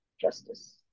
justice